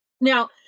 Now